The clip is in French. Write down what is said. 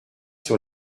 sur